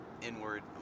inward